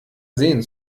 sehen